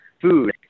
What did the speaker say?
food